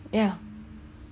yeah